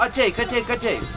ateik ateik ateik